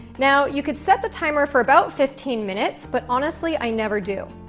now, you could set the timer for about fifteen minutes, but honestly, i never do.